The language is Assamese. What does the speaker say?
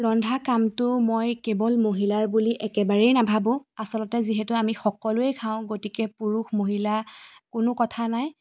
ৰন্ধা কামটো মই কেৱল মহিলাৰ বুলি একেবাৰেই নাভাবোঁ আচলতে যিহেতু আমি সকলোৱেই খাওঁ গতিকে পুৰুষ মহিলা কোনো কথা নাই